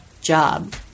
job